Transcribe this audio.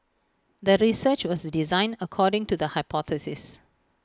the research was designed according to the hypothesis